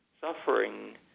suffering